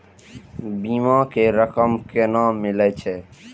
बीमा के रकम केना मिले छै?